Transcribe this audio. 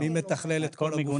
מי מתכלל את כל הגופים?